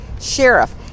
sheriff